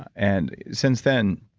and since then,